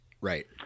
Right